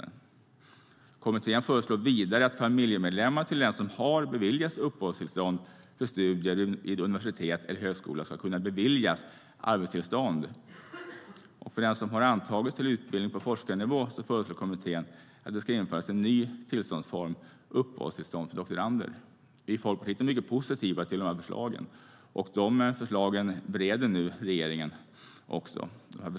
Kommittén föreslår vidare att familjemedlemmar till den som har beviljats uppehållstillstånd för studier vid universitet eller högskola ska kunna beviljas arbetstillstånd. För den som har antagits till utbildning på forskarnivå föreslår kommittén att det ska införas en ny tillståndsform, uppehållstillstånd för doktorander. Vi i Folkpartiet är mycket positiva till förslagen, och regeringen bereder nu dessa.